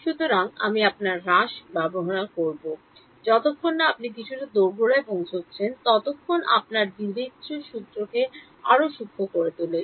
সুতরাং আপনি আপনার হ্রাস অব্যাহত রাখছেন যতক্ষণ না আপনি কিছুটা দোরগোড়ায় পৌঁছেছেন ততক্ষণ আপনার বিবেচ্য সূত্রকে আরও সূক্ষ্ম করে তোলেন